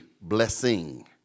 blessing